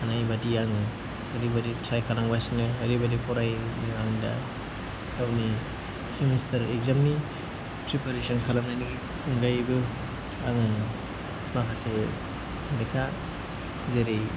हानाय बायदि आङो ओरैबायदि ट्राइ खालामगासिनो ओरैबायदि फरायो आं दा आंनि सेमिस्टार एक्जामनि प्रिपेरेसन खालामनायनि अनगायैबो आङो माखासे लेखा जेरै